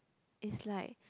is like